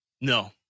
No